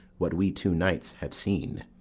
what we two nights have seen.